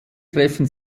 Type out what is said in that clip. treffen